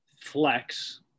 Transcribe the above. flex